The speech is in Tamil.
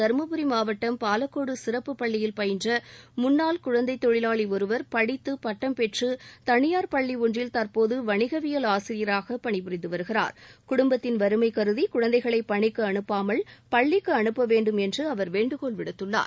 தருமபுரி மாவட்டம் பாலக்கோடு சிறப்புப் பள்ளியில் பயின்ற முன்னாள் குழந்தைத் தொழிலாளி ஒருவர் படித்துப் பட்டம் பெற்று தனியார் பள்ளி ஒன்றில் தற்போது வணிகவியல் ஆசிரியராக பணிபுரிந்து வருகிறார் குடும்பத்தின் வறுமை கருதி குழந்தைகளை பணிக்கு அனுப்பாமல் பள்ளிக்கு அனுப்ப வேண்டும் என்று அவர் வேண்டுகோள் விடுத்துள்ளார்